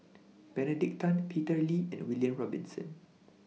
Benedict Tan Peter Lee and William Robinson